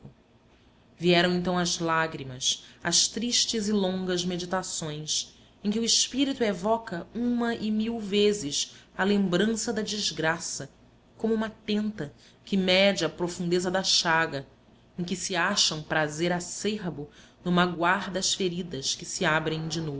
vieram então as lágrimas as tristes e longas meditações em que o espírito evoca uma e mil vezes a lembrança da desgraça como uma tenta que mede a profundeza da chaga em que se acha um prazer acerbo no magoar das feridas que se abrem